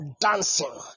dancing